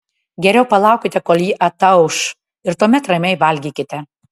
geriau palaukite kol ji atauš ir tuomet ramiai valgykite